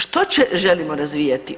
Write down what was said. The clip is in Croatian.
Što će, želimo razvijati?